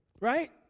Right